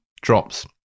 drops